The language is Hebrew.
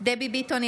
דבי ביטון,